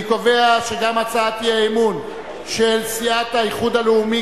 אני קובע שגם הצעת האי-אמון של סיעת האיחוד הלאומי,